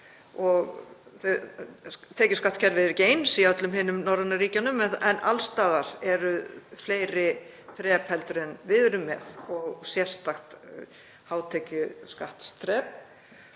Tekjuskattskerfið er ekki eins í öllum hinum norrænu ríkjunum en alls staðar eru fleiri þrep en við erum með og sérstakt hátekjuskattsþrep.